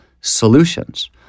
solutions